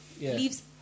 leaves